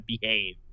behave